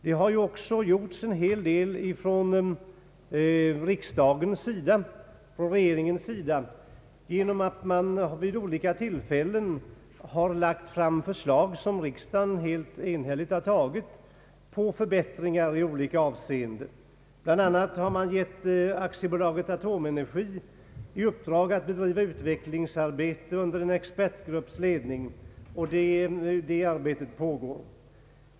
Det har ju också gjorts en hel del från regeringens och riksdagens sida genom förslag vid olika tillfällen, som riksdagen enhälligt har antagit och som medfört förbättringar i olika avseenden. Således har bl.a. AB Atomenergi fått i uppdrag att bedriva utvecklingsarbete under en expertgrupps ledning, och det arbetet pågår.